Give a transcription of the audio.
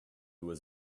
was